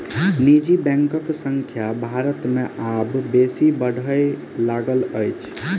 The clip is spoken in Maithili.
निजी बैंकक संख्या भारत मे आब बेसी बढ़य लागल अछि